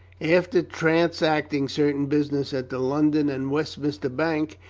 after trans acting certain business at the london and westminster bank,